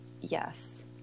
Yes